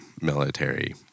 military